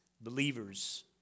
believers